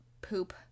poop